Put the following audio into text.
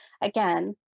again